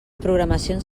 programacions